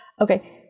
Okay